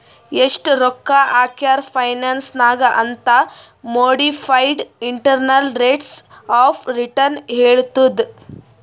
ಎಸ್ಟ್ ರೊಕ್ಕಾ ಹಾಕ್ಯಾರ್ ಫೈನಾನ್ಸ್ ನಾಗ್ ಅಂತ್ modified internal rates of return ಹೇಳತ್ತುದ್